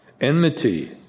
enmity